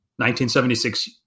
1976